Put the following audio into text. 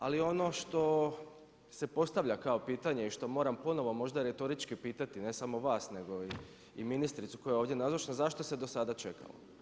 Ali ono što se postavlja kao pitanje i što moram ponovno možda retorički pitati ne samo vas nego i ministricu koja je ovdje nazočna zašto se do sada čekalo.